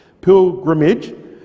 pilgrimage